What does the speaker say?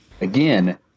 again